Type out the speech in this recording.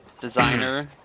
designer